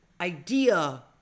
idea